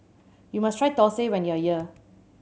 you must try thosai when you are here